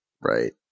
Right